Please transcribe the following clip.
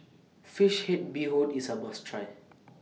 Fish Head Bee Hoon IS A must Try